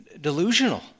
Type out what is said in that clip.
delusional